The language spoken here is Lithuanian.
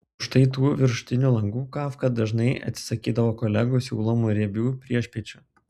už štai tų viršutinių langų kafka dažnai atsisakydavo kolegų siūlomų riebių priešpiečių